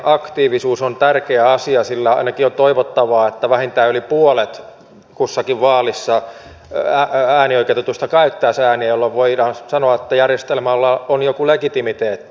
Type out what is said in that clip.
vaaliaktiivisuus on tärkeä asia sillä ainakin on toivottavaa että vähintään yli puolet kussakin vaalissa äänioikeutetuista käyttäisi ääntään jolloin voidaan sanoa että järjestelmällä on joku legitimiteetti